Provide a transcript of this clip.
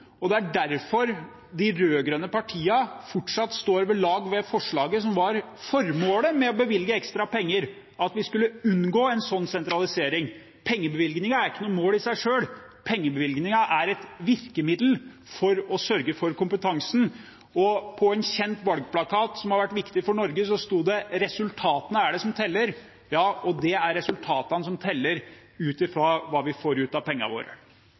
og det er derfor de rød-grønne partiene fortsatt står ved forslaget, og formålet med å bevilge ekstra penger er at vi skal unngå en slik sentralisering. Pengebevilgningen er ikke et mål i seg selv. Pengebevilgningen er et virkemiddel for å sørge for kompetansen. På en kjent valgplakat som har vært viktig for Norge, sto det: «Resultatene er det som teller». Det er resultatene som teller ut fra hva vi får ut av pengene våre.